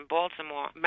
Baltimore